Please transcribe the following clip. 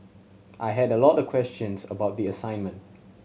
I had a lot of questions about the assignment